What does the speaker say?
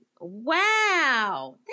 wow